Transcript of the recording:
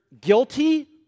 guilty